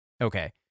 Okay